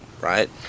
right